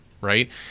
right